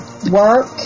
Work